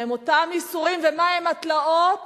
מהם אותם ייסורים ומהן התלאות